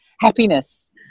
happiness